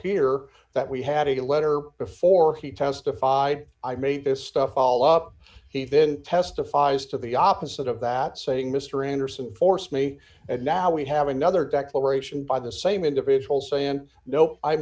here that we had a letter before he testified i made this stuff all up he then testifies to the opposite of that saying mr anderson forced me and now we have another declaration by the same individual saying no